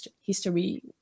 history